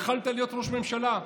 יכולת להיות ראש ממשלה,